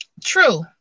true